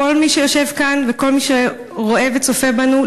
כל מי שיושב כאן וכל מי שרואה וצופה בנו,